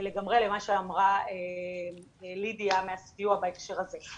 לגמרי למה שאמרה לידיה מהסיוע בהקשר הזה.